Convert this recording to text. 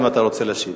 אם אתה רוצה להשיב.